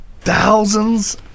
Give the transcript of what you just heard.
thousands